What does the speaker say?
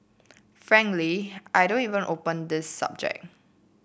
frankly I don't even open this subject